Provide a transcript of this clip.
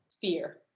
fear